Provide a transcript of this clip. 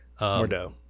Mordo